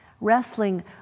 wrestling